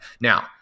now